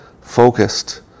focused